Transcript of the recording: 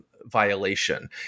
violation